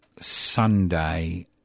Sunday